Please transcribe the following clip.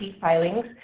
filings